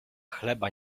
chleba